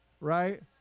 right